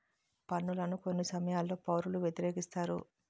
పన్నులను కొన్ని సమయాల్లో పౌరులు వ్యతిరేకిస్తారు